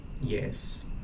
yes